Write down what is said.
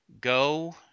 go